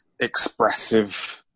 expressive